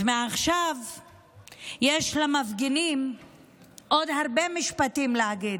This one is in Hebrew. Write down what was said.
אז מעכשיו יש למפגינים עוד הרבה משפטים להגיד,